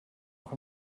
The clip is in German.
noch